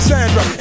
Sandra